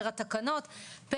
פר התקנות,